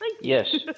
Yes